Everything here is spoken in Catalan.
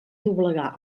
doblegar